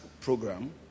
program